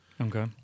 Okay